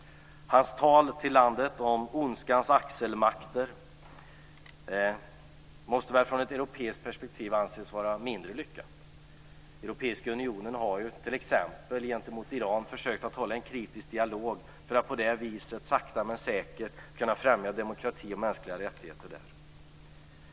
Hans tal till landet om ondskans axelmakter måste från ett europeiskt perspektiv anses vara mindre lyckat. Europeiska unionen har t.ex. gentemot Iran försökt att föra en kritisk dialog för att på det viset sakta men säkert kunna främja demokrati och mänskliga rättigheter där.